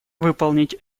выполнить